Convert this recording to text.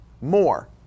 more